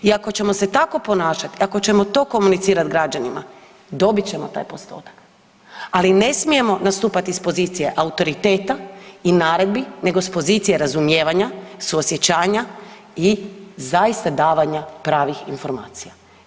I ako ćemo se tako ponašat i ako ćemo to komunicirat građanima, dobit ćemo taj postotak, ali ne smijemo nastupati s pozicije autoriteta i naredbi nego s pozicije razumijevanja, suosjećanja i zaista davanja pravih informacija.